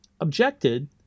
objected